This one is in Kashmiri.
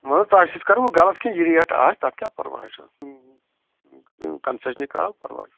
مطلب تۄہہِ سۭتۍ کَروٕ غلط کیٚنٛہہ یہِ ریٹ آسہِ تَتھ کیٛاہ پرواے چھُ کَنسیشَنٕے کَرو پرواے چھُنہٕ